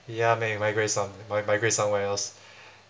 ya may migrate some might migrate somewhere else